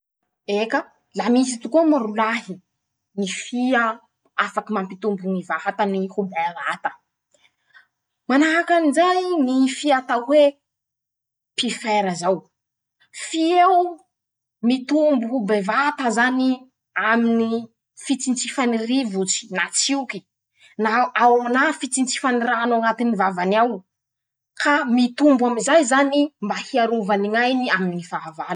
Eka. la misy tokoa moa rolahy ñy fia afaky mapitombo ñy vatany ho bevata: -Manahaky anizay ñy fia atao hoe: "piphère " zao. fi'eo mitombo ho bevata zany aminy ñy fitsintsifany rivotsy, na tsioky na ao na fitsintsifany rano ao añatiny vavany ao, ka mitombo amizay zany mba hiarovany ñ'ainy aminy ñy fahavalo.